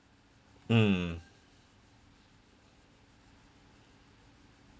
mm